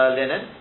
linen